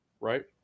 right